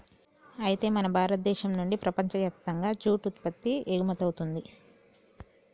అయితే మన భారతదేశం నుండి ప్రపంచయప్తంగా జూట్ ఉత్పత్తి ఎగుమతవుతుంది